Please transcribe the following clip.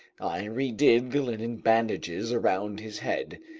i redid the linen bandages around his head,